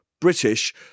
British